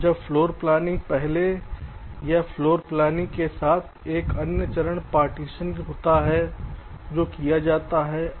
अब फ़्लोरप्लेनिंग से पहले या फ़्लोर प्लानिंग के साथ एक अन्य चरण पार्टीशन होता हैं जो किया जाता हैं